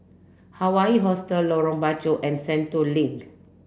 Hawaii Hostel Lorong Bachok and Sentul Link